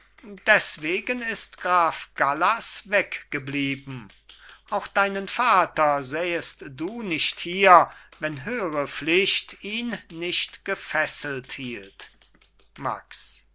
deswegen ist graf gallas weggeblieben auch deinen vater sähest du nicht hier wenn höhre pflicht ihn nicht gefesselt hielt max